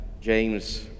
James